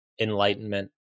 enlightenment